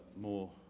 more